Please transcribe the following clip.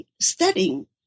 studying